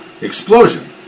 explosion